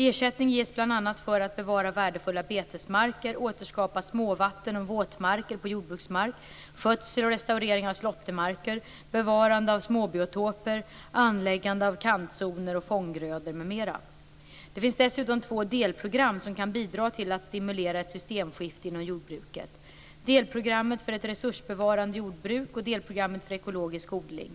Ersättning ges bl.a. för bevarande av värdefulla betesmarker, återskapande av småvatten och våtmarker på jordbruksmark, skötsel och restaurering av slåttermarker, bevarande av småbiotoper, anläggande av kantzoner och fånggrödor m.m. Det finns dessutom två delprogram som kan bidra till att stimulera ett systemskifte inom jordbruket, delprogrammet för ett resursbevarande jordbruk och delprogrammet för ekologisk odling.